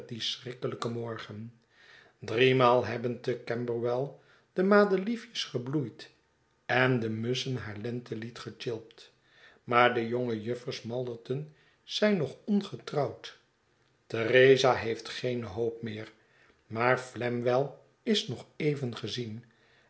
schrikkelijken morgen driemaal hebben te camberwell de madeliefjes gebloeid en de musschen haar lentelied getjilpt maar de jonge juffers malderton zijn nog ongetrouwd theresa heeft geene hoop meer maar flamwell is nog evengezien